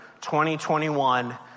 2021